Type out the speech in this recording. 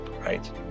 right